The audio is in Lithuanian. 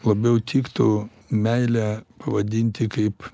labiau tiktų meilę pavadinti kaip